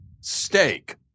steak